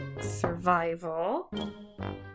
survival